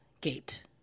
gate